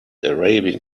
arabian